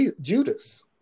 Judas